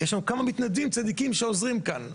יש לנו כמה מתנדבים צדיקים שעוזרים כאן.